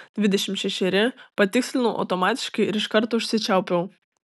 dvidešimt šešeri patikslinau automatiškai ir iškart užsičiaupiau